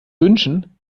wünschen